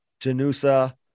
Janusa